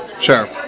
Sure